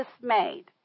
dismayed